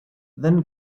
then